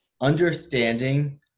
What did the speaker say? Understanding